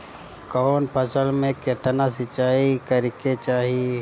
कवन फसल में केतना सिंचाई करेके चाही?